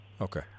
Okay